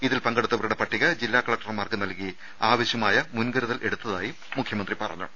ഇതിൽ പങ്കെടുത്തവരുടെ പട്ടിക ജില്ലാ കലക്ടർമാർക്ക് നൽകി ആവശ്യമായ മുൻകരുതൽ എടുത്തതായും മുഖ്യമന്ത്രി പറഞ്ഞു